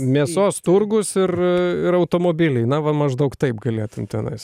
mėsos turgus ir ir automobiliai na va maždaug taip galėtum tenais